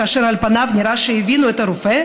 כאשר על פניו נראה שהבינו את הרופא,